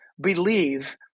believe